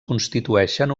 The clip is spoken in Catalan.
constitueixen